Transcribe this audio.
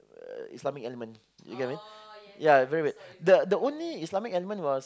uh Islamic element you get what I mean ya very weird the the only Islamic element was